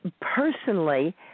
personally